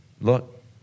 look